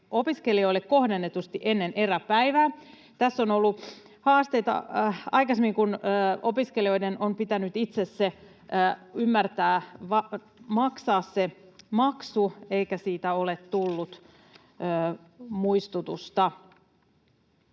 opiskelijoille kohdennetusti ennen eräpäivää. Tässä on ollut haasteita aikaisemmin, kun opiskelijoiden on pitänyt itse ymmärtää maksaa se maksu eikä siitä ole tullut muistutusta.